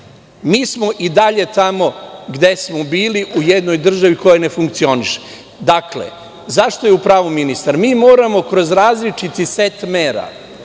mi smo i dalje tamo gde smo bili, u jednoj državi koja ne funkcioniše. Dakle, zašto je u pravu ministar? Mi moramo kroz različiti set mera